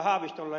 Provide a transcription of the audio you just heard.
haavistolle